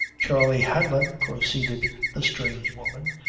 charley hanlon, proceeded the strange woman,